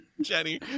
Jenny